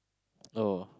oh